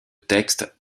texte